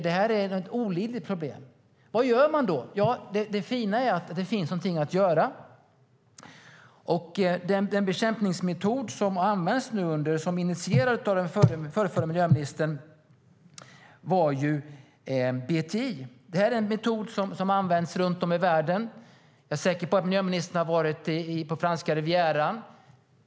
Det är ett olidligt problem. Vad ska man då göra? Ja, det fina är att det finns någonting att göra. Den bekämpningsmetod som nu används och som initierades av den förra miljöministern är BTI. Metoden används runt om i världen. Jag är säker på att miljöministern har varit på den franska Rivieran.